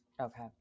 Okay